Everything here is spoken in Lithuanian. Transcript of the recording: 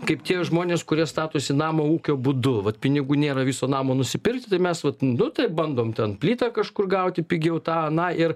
kaip tie žmonės kurie statosi namą ūkio būdu vat pinigų nėra viso namo nusipirkti tai mes vat nu tai bandom ten plytą kažkur gauti pigiau tą aną ir